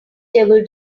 devil